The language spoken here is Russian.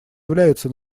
является